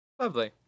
Lovely